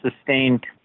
sustained